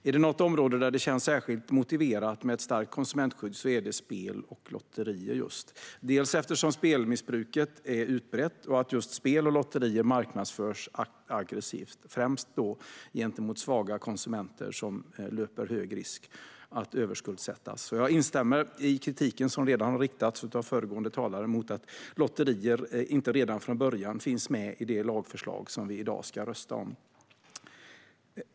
Är det något område där det känns särskilt motiverat med ett starkt konsumentskydd är det spel och lotterier, dels eftersom spelmissbruket är utbrett, dels eftersom just spel och lotterier marknadsförs aggressivt, främst gentemot svaga konsumenter som löper hög risk att överskuldsättas. Jag instämmer i kritiken som redan har riktats av föregående talare mot att lotterier inte redan från början finns med i det lagförslag som vi ska rösta om.